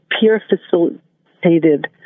peer-facilitated